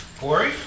Corey